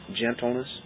Gentleness